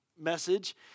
message